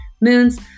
moons